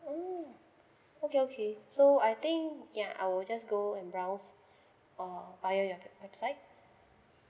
mm okay okay so I think yeah I will just go and browse or buy at your website